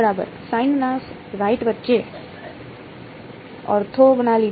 બરાબર સાઈનના રાઇટ વચ્ચે ઓર્થોગોનાલિટી